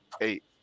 Eight